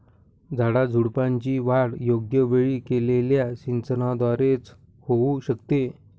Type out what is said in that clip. झाडाझुडपांची वाढ योग्य वेळी केलेल्या सिंचनाद्वारे च होऊ शकते